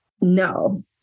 No